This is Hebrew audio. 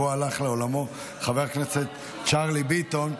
השבוע הלך לעולמו חבר הכנסת צ'רלי ביטון,